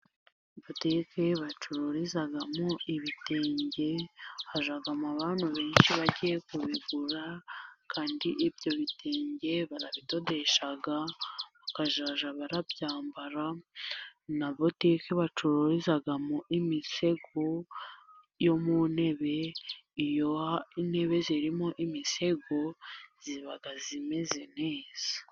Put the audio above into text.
Butike bacururizamo ibitenge hajyamo abantu benshi bagiye kubigura, kandi ibyo bi bitenge barabidodesha bakajya barabyambara na botike bacururizaga mu imisego yo mu ntebe, iyo intebe zirimo imisego ziba zimeze neza.